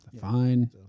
Fine